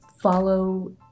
follow